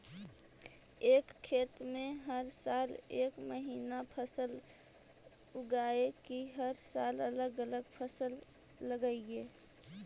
एक खेत में हर साल एक महिना फसल लगगियै कि हर साल अलग अलग फसल लगियै?